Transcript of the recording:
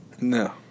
No